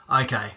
Okay